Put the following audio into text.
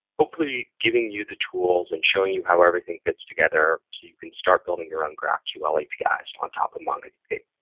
hopefully giving you the tools and showing you how everything fits together, so you can start building your own graphql apis on top of mongodb.